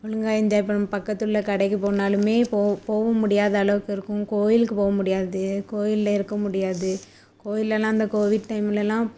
ஒழுங்கா என்ஜாய் பண் பக்கத்துள்ள கடைக்கு போனாலுமே போ போக முடியாத அளவுக்கு இருக்கும் கோயிலுக்கு போக முடியாது கோயிலில் இருக்க முடியாது கோயில்லெல்லாம் அந்த கோவிட் டைம்லெல்லாம்